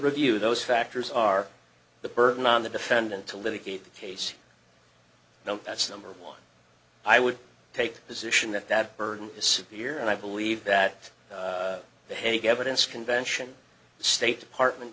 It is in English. review those factors are the burden on the defendant to litigate the case no that's number one i would take a position that that burden is severe and i believe that the hague evidence convention state department